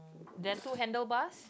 there's two handle bars